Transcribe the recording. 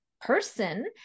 person